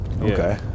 Okay